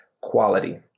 quality